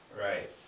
Right